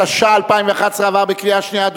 התשע"א 2011, עברה בקריאה שנייה.